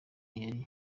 yari